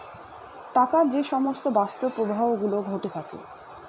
টাকার যে সমস্ত বাস্তব প্রবাহ গুলো ঘটে থাকে